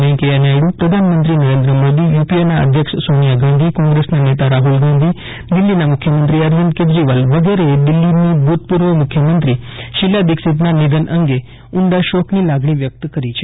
વેંકૈયા નાયડુ પ્રધાનમંત્રી નરેન્દ્ર મોદી યુપીએના અધ્યક્ષ સોનિયા ગાંધી કોંગ્રેસના નેતા રાહૂલ ગાંધી દિલ્હીના મુખ્યમંત્રી અરવિંદ કેજરીવાલ વગેરે એ દિલ્હીની ભૂતપૂર્વ મુખ્યમંત્રી શીલા દીક્ષિતના નિધન અંગે ઊંડા શોકની લાગણી વ્યક્ત કરી છે